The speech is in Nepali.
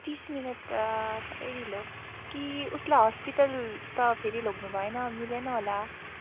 तिस मिनट त साह्रै ढिलो कि उसलाई हस्पिटल त फेरि लानु भएन मिलेन होला